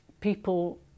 People